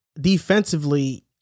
defensively